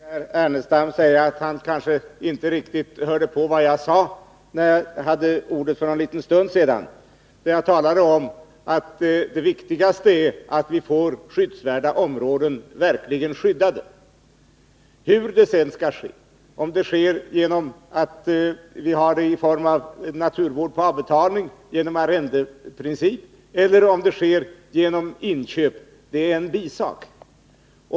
Herr talman! Herr Ernestam säger att han kanske inte riktigt hörde på vad jag sade när jag för en liten stund sedan hade ordet. Jag talade om att det viktigaste är att skyddsvärda områden verkligen skyddas. Hur det sedan sker — genom naturvård på avbetalning, genom arrende eller genom inköp — är en bisak.